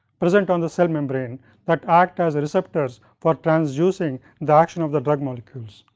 present on the cell membrane that act as a receptors, for transuding the action of the drug molecules.